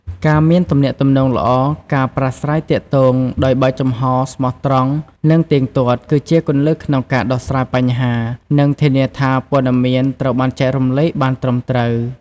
ការមានទំនាក់ទំនងល្អ ការប្រាស្រ័យទាក់ទងដោយបើកចំហរ ស្មោះត្រង់ និងទៀងទាត់ គឺជាគន្លឹះក្នុងការដោះស្រាយបញ្ហា និងធានាថាព័ត៌មានត្រូវបានចែករំលែកបានត្រឹមត្រូវ។